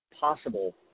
possible